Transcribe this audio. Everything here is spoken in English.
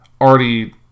already